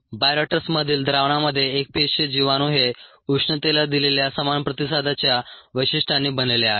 बायोरिएक्टर्समधील द्रावणामध्ये एकपेशीय जीवाणू हे उष्णेतेला दिलेल्या समान प्रतिसादाच्या वैशिष्ट्यांनी बनलेले आहे